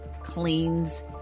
cleans